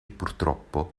purtroppo